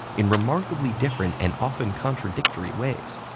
in remarkably different, and often contradictory ways.